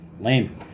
Lame